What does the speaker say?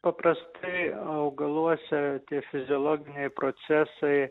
paprastai augaluose tie fiziologiniai procesai